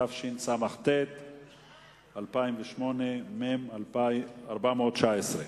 התשס"ט 2008, מ/419,